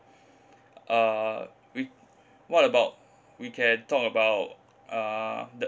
uh we what about we can talk about uh the